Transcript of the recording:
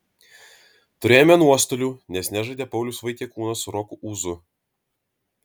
turėjome nuostolių nes nežaidė paulius vaitiekūnas su roku ūzu